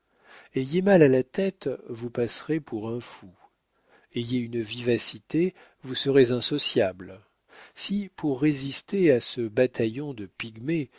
ayez mal à la tête vous passerez pour un fou ayez une vivacité vous serez insociable si pour résister à ce bataillon de